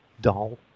doll